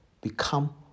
become